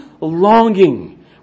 Longing